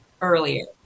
earlier